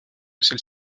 celle